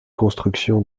construction